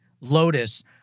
Lotus